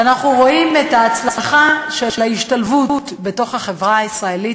ואנחנו רואים את ההצלחה של ההשתלבות בחברה הישראלית.